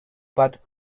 but